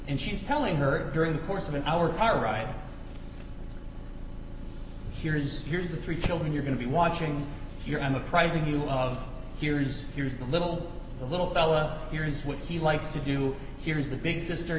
and she's telling her during the course of an hour all right here's here's the three children you're going to be watching if you're an uprising you love here's here's the little the little fella here is what he likes to do here is the big sister